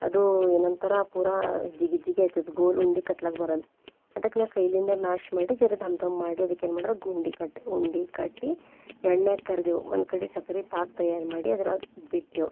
ಅದು ಏನಂತರ ಪೂರಾ ಜಿಗಿಜಿಗಿ ಆಯಿತದು ಗೋಲ್ ಉಂಡೆ ಕಟ್ಲಾಕ್ಕ ಬರಲ್ಲ ಅದಕ್ಕೆ ನಾನು ಕೈಲಿಂದೇ ಮ್ಯಾಶ್ ಮಾಡಿ ಜರಾ ಧಮ್ ಧಮ್ ಮಾಡಿ ಅದಕ್ಕೆ ಏನು ಮಾಡ್ದೆ ಗುಂಡಿ ಕಟ್ಟಿ ಉಂಡೆ ಕಟ್ಟಿ ಎಣ್ಣೆಗೆ ಕರ್ದೆವು ಒನ್ಕಡೆ ಸಕ್ರೆ ಪಾಕ ತಯಾರು ಮಾಡಿ ಅದ್ರಾಗ ಬಿಟ್ಟೆವು